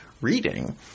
reading